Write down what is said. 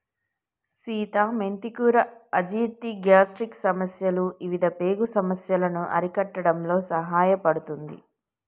సీత మెంతి కూర అజీర్తి, గ్యాస్ట్రిక్ సమస్యలు ఇవిధ పేగు సమస్యలను అరికట్టడంలో సహాయపడుతుంది